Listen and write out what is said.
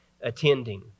attending